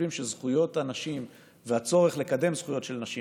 שחושבים שזכויות הנשים והצורך לקדם זכויות של נשים